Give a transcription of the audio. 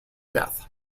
death